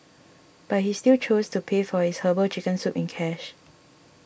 but he still chose to pay for his Herbal Chicken Soup in cash